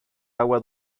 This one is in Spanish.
agua